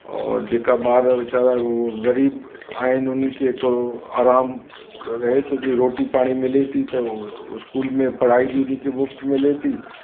और जेका ॿार वीचारा ग़रीबु आहिनि उन्हनि खे थोरो आराम रहे थो कि रोटी पाणी मिले थी त उहो इस्कूल में पढ़ाई बि हुनखे मुफ़्त मिले थी